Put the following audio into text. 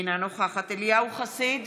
אינה נוכחת אליהו חסיד,